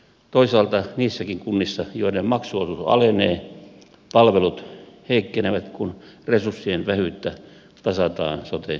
toisaalta niissäkin kunnissa joiden maksuosuus alenee palvelut heikkenevät kun resurssien vähyyttä tasataan sote alueilla